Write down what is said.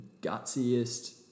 gutsiest